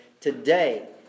today